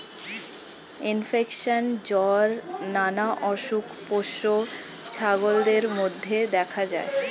infection, জ্বর নানা অসুখ পোষ্য ছাগলদের মধ্যে দেখা যায়